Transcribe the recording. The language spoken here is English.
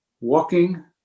walking